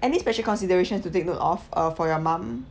any special considerations to take note of uh for your mom